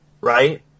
right